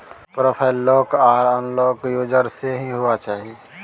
profile lock आर unlock user से ही हुआ चाहिए